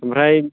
ओमफ्राय